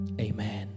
Amen